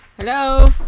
Hello